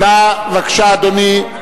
בבקשה, אדוני.